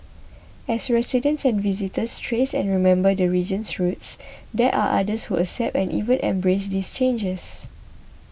as residents and visitors trace and remember the region's roots there are others who accept and even embrace these changes